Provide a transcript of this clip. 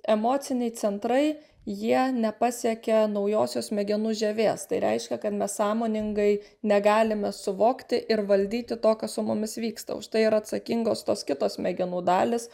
emociniai centrai jie nepasiekia naujosios smegenų žievės tai reiškia kad mes sąmoningai negalime suvokti ir valdyti to kas su mumis vyksta už tai yra atsakingos tos kitos smegenų dalys